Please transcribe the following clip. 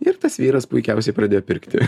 ir tas vyras puikiausiai pradėjo pirkti